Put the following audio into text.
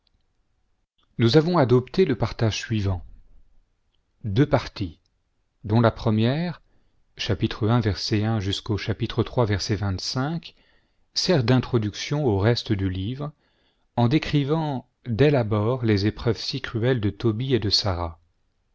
nous avons adopté le partage suivant deux parties dont la première sert d'introduction au reste du livre en décrivant dès l'abord les épreuves si cruelles de tobie et de sara